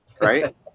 right